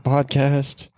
Podcast